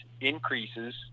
increases